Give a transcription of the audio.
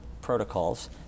protocols